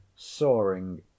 soaring